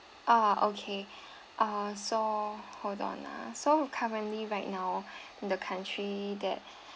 ah okay uh so hold on ah so currently right now in the country that